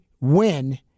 win